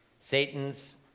Satan's